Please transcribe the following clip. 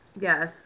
Yes